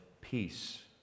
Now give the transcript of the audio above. Peace